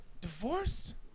Divorced